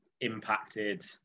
impacted